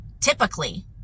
typically